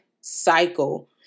cycle